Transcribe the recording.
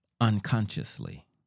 unconsciously